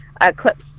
eclipse